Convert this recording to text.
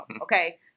okay